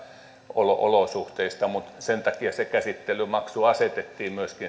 olosuhteista mutta sen takia se käsittelymaksu asetettiin myöskin